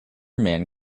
man